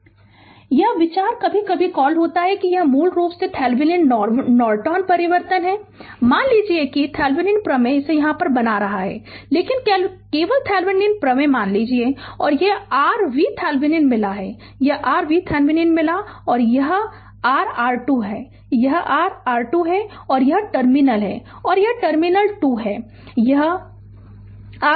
Refer Slide Time 3103 यह विचार कभी कभी कॉल होता है कि यह मूल रूप से थेवेनिन नॉर्टन परिवर्तन है मान लीजिए कि थेवेनिन प्रमेय इसे यहां बना रहा है केवल थेवेनिन प्रमेय मान लीजिए यह r VThevenin मिला यह r VThevenin मिला और r यह r R2 है यह r R2 है और यह टर्मिनल एक है और यह टर्मिनल 2 है यह r R2 है